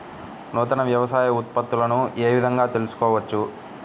నూతన వ్యవసాయ ఉత్పత్తులను ఏ విధంగా తెలుసుకోవచ్చు?